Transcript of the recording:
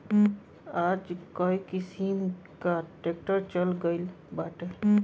आजकल कई किसिम कअ ट्रैक्टर चल गइल बाटे